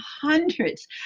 hundreds